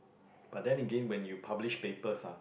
but then again when you publish papers ah